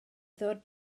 ddod